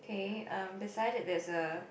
K um beside it there's a